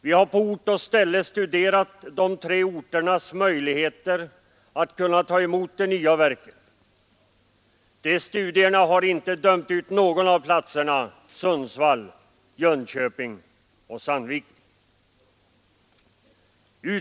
Vi har på ort och ställe studerat de tre städernas möjligheter att ta emot det nya verket. Dessa studier har inte dömt ut någon av platserna Sundsvall, Jönköping och Sandviken.